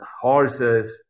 horses